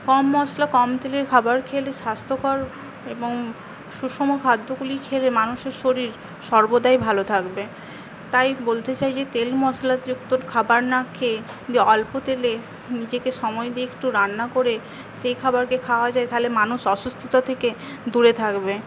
কম মশলা কম তেলের খাবার খেলে স্বাস্থ্যকর এবং সুষম খাদ্যগুলি খেলে মানুষের শরীর সর্বদাই ভালো থাকবে তাই বলতে চাই যে তেল মশলাযুক্ত খাবার না খেয়ে অল্প তেলে নিজেকে সময় দিয়ে একটু রান্না করে সেই খাবারকে খাওয়া যায় তাহলে মানুষ অসুস্থতা থেকে দূরে থাকবে